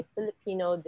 Filipino